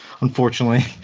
Unfortunately